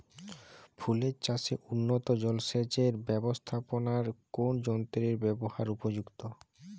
ফুলের চাষে উন্নত জলসেচ এর ব্যাবস্থাপনায় কোন যন্ত্রের ব্যবহার উপযুক্ত?